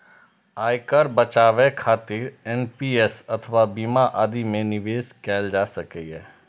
आयकर बचाबै खातिर एन.पी.एस अथवा बीमा आदि मे निवेश कैल जा सकैए